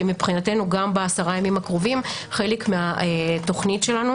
ומבחינתנו גם בעשרת הימים הקרובים חלק מהתוכנית שלנו